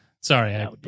Sorry